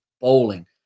bowling